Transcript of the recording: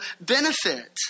benefit